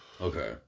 Okay